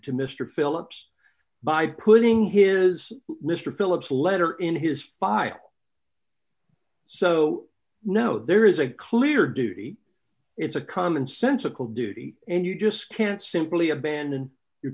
to mr phillips by putting his mr phillips letter in his file so no there is a clear duty it's a commonsensical duty and you just can't simply abandon your